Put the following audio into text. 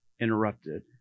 interrupted